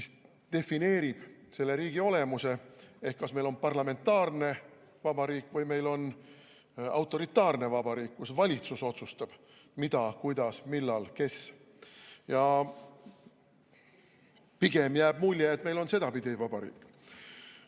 mis defineerib selle riigi olemuse, ehk kas meil on parlamentaarne vabariik või meil on autoritaarne vabariik, kus valitsus otsustab, mida, kuidas, millal ja kes. Pigem jääb mulje, et meil on sedapidi vabariik. Aga